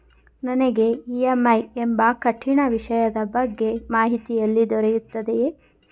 ನನಗೆ ಇ.ಎಂ.ಐ ಎಂಬ ಕಠಿಣ ವಿಷಯದ ಬಗ್ಗೆ ಮಾಹಿತಿ ಎಲ್ಲಿ ದೊರೆಯುತ್ತದೆಯೇ?